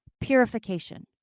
purification